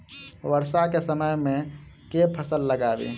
वर्षा केँ समय मे केँ फसल लगाबी?